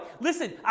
listen